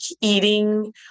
eating